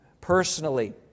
personally